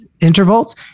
intervals